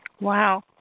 Wow